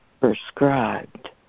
prescribed